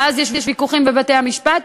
ואז יש ויכוחים בבתי-המשפט,